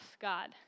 God